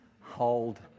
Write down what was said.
Hold